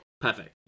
Perfect